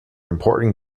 important